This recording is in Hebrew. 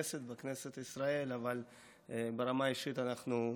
בכנסת ישראל, אבל ברמה האישית אנחנו מפרגנים.